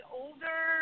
older